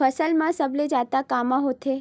फसल मा सबले जादा कामा होथे?